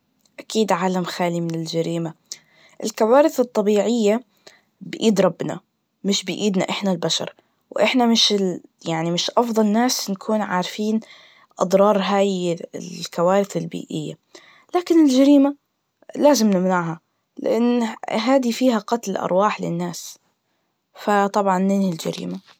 أكيد عالم خالي من الجريمة, الكوارث الطبيعية بإيد ربنا, مش بإيدنا إحنا البشر, وإحنا مشال- يعني مش أفضل ناس نكون عارفين أضرار هاي الكوارث البيئية, لكن الجريمة لازم نمنعها, لأنه هاذي فيها قتل أرواح للناس, فطبعاً ننهي الجريمة.